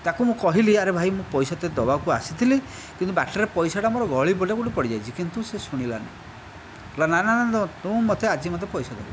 ତାକୁ ମୁଁ କହିଲି ଆରେ ଭାଇ ମୁଁ ପଇସା ତୋତେ ଦେବାକୁ ଆସିଥିଲି କିନ୍ତୁ ବାଟରେ ପଇସାଟା ମୋର ଗଳିପଡ଼ିଲା କେଉଁଠି ପଡ଼ିଯାଇଛି କିନ୍ତୁ ସେ ଶୁଣିଲାନାହିଁ କହିଲା ନା ନା ନା ତୁ ମୋତେ ଆଜି ମୋତେ ପଇସା ଦେ